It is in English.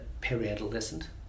peri-adolescent